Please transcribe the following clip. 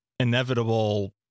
Inevitable